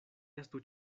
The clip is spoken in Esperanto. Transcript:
estu